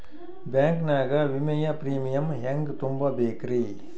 Bank ನಾಗ ವಿಮೆಯ premium ಹೆಂಗ್ ತುಂಬಾ ಬೇಕ್ರಿ?